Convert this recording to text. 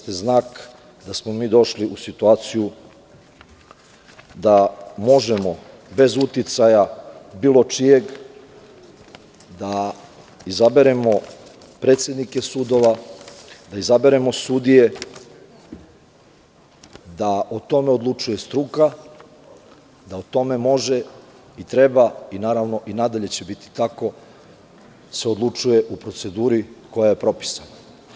To je znak da smo došli u situaciju da možemo bez uticaja bilo čijeg da izaberemo predsednike sudova, da izaberemo sudije, da o tome odlučuje struka, da o tome može, treba i nadalje će biti tako, da se odlučuje u proceduri koja je propisana.